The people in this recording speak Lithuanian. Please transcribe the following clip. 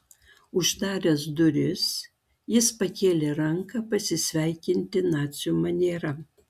uždaręs duris jis pakėlė ranką pasisveikinti nacių maniera